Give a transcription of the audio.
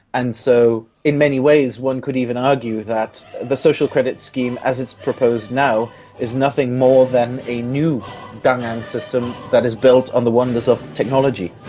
and so in many ways one could even argue that the social credit scheme as it's proposed now is nothing more than a new dang'an system that is built on the wonders of technology.